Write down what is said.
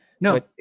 No